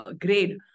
grade